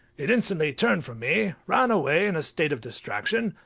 it instantly turned from me, ran away in a state of distraction,